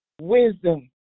wisdom